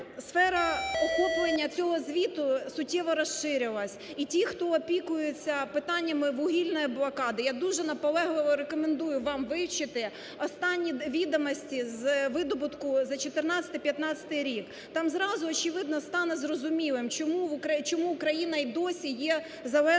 сфера охоплення цього звіту суттєво розширилася і ті, хто опікуються питаннями вугільної блокади, я дуже наполегливо вам рекомендую вивчити останні відомості з видобутку за 2014, 2015 роки, там зразу очевидно стане зрозумілим, чому країна й досі є залежною